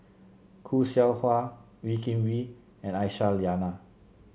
Khoo Seow Hwa Wee Kim Wee and Aisyah Lyana